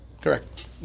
Correct